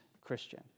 Christian